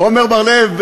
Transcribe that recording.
עמר בר-לב,